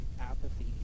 apathy